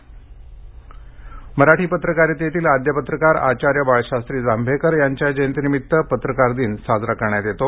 मख्यमंत्री शभेच्छा मराठी पत्रकारितेतील आद्यपत्रकार आचार्य बाळशास्त्री जांभेकर यांच्या जयंतीनिमित्त पत्रकारदिन साजरा करण्यात येतो